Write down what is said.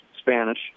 Spanish